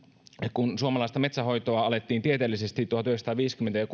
kun suomalaista metsänhoitoa alettiin tieteellisesti tuhatyhdeksänsataaviisikymmentä ja